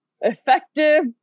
effective